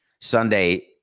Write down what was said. Sunday